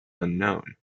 unknown